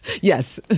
Yes